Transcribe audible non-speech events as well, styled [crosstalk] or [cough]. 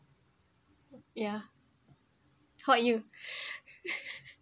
ya how about you [laughs]